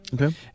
Okay